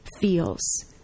feels